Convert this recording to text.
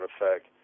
effect